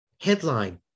headline